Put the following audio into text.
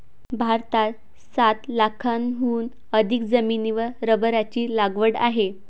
भारतात सात लाखांहून अधिक जमिनीवर रबराची लागवड आहे